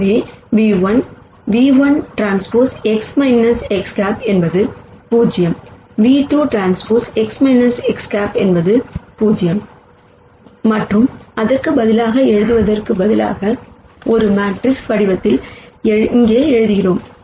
எனவே v 1 ν₁TX X̂ என்பது 0 ν₂TX X̂ என்பது 0 மற்றும் அதற்கு பதிலாக எழுதுவதற்கு பதிலாக ஒரு மேட்ரிக்ஸ் வடிவத்தில் இங்கே எழுதுகிறோம்